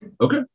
Okay